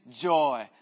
joy